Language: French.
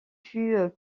fut